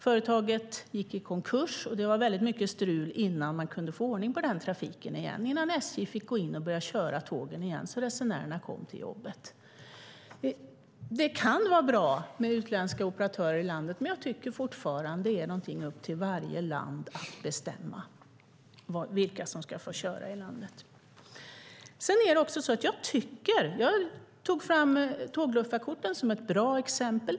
Företaget gick i konkurs, och det var väldigt mycket strul innan man kunde få ordning på trafiken innan SJ fick gå in och börja köra tågen igen, så att resenärerna kom till jobbet. Det kan vara bra med utländska operatörer i landet, men jag tycker fortfarande att det är upp till varje land att bestämma vilka som ska få köra i landet. Jag tog tågluffarkorten som ett bra exempel.